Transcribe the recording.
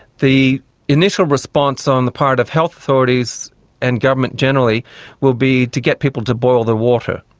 the initial response on the part of health authorities and government generally will be to get people to boil their water.